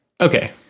okay